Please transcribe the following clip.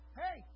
hey